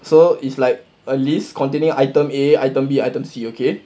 so is like a list containing items A item B item C okay